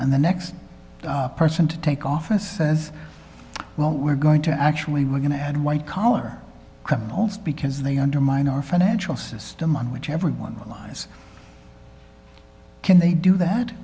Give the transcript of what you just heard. and the next person to take office says well we're going to actually we're going to hand white collar criminals because they undermine our financial system on which everyone lies can they do that